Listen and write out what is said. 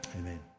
Amen